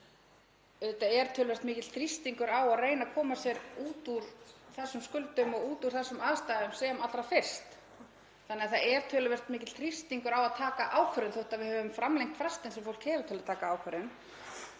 auðvitað er töluvert mikill þrýstingur á að reyna að koma sér út úr þessum skuldum og út úr þessum aðstæðum sem allra fyrst. Það er töluvert mikill þrýstingur á að taka ákvörðun þótt við höfum framlengt frestinn sem fólk hefur til að taka ákvörðun.